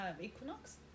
equinox